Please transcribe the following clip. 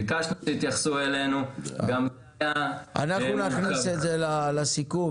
ביקשנו שיתייחסו אלינו --- אנחנו נכניס את זה לסיכום,